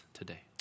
today